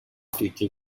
teaching